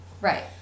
Right